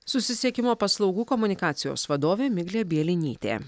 susisiekimo paslaugų komunikacijos vadovė miglė bielinytė